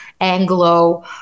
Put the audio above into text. Anglo